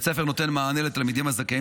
בית הספר נותן מענה לתלמידים הזכאים